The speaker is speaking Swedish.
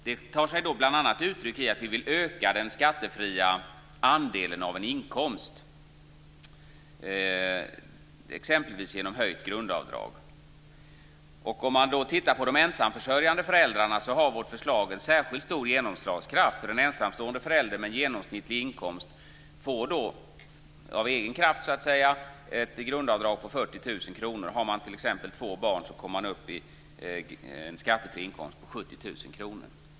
Det tar sig bl.a. uttryck i att vi vill öka den skattefria andelen av en inkomst, exempelvis genom höjt grundavdrag. Om man tittar på de ensamförsörjande föräldrarna ser man att vårt förslag har en särskild stor genomslagskraft. En ensamstående förälder med en genomsnittlig inkomst får av egen kraft ett grundavdrag på 40 000 kr. Har man t.ex. två barn så kommer man upp i en skattefri inkomst på 70 000 kr.